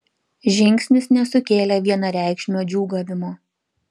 žingsnis nesukėlė vienareikšmio džiūgavimo